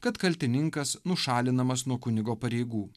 kad kaltininkas nušalinamas nuo kunigo pareigų